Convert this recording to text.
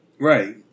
Right